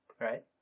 right